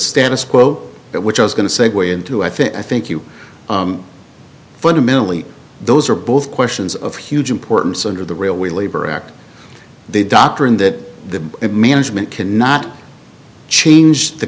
status quo that which i was going to say way into i think i think you fundamentally those are both questions of huge importance under the railway labor act the doctrine that the management cannot change the